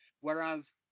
Whereas